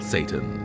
Satan